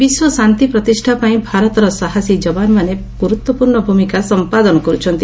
ବିଶ୍ୱ ଶାନ୍ତି ପ୍ରତିଷ୍ଠାପାଇଁ ଭାରତର ସାହସୀ ଯବାନମାନେ ଗୁରୁତ୍ୱପୂର୍ଣ୍ଣ ଭୂମିକା ସମ୍ପାଦନ କର୍ତ୍ତନ୍ତି